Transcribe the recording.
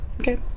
Okay